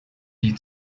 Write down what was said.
die